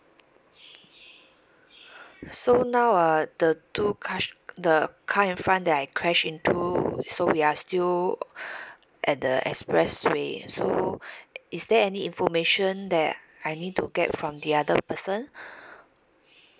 so now uh the two crash the car in front that I crashed into so we are still at the expressway so is there any information that I need to get from the other person